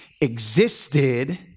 existed